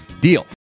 deal